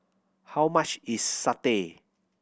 how much is satay